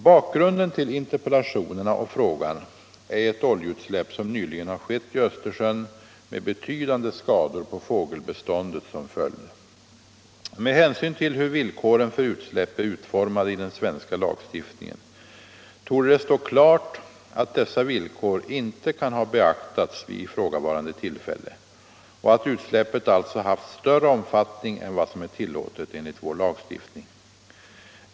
Bakgrunden till interpellationerna och frågan är ett oljeutsläpp som nyligen har skett i Östersjön med betydande skador på fågelbeståndet som följd. Med hänsyn till hur villkoren för utsläpp är utformade i den svenska lagstiftningen torde det stå klart att dessa villkor inte kan ha beaktats vid ifrågavarande tillfälle och att utsläppet alltså haft större omfattning än vad som är tillåtet enligt vår lagstiftning.